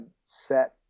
set